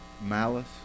malice